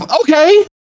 Okay